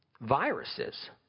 viruses